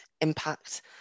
impact